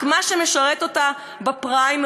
רק מה שמשרת אותה בפריימריז.